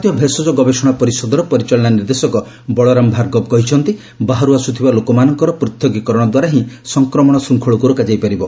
ଭାରତୀୟ ଭେଷଜ ଗବେଷଣା ପରିଷଦର ପରିଚାଳନା ନିର୍ଦ୍ଦେଶକ ବଳରାମ ଭାର୍ଗବ କହିଛନ୍ତି ବାହାରୁ ଆସୁଥିବା ଲୋକମାନଙ୍କର ପୃଥକୀକରଣ ଦ୍ୱାରା ହିଁ ସଂକ୍ରମଣ ଶ୍ଚଙ୍ଖଳକୁ ରୋକାଯାଇପାରିବ